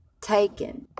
taken